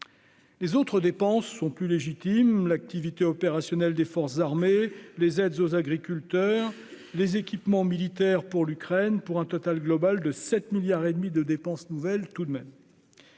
Les autres dépenses sont plus légitimes : activité opérationnelle des forces armées, aides aux agriculteurs, équipements militaires de l'Ukraine, pour un total global de 7,5 milliards d'euros de dépenses nouvelles. En regard,